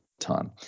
ton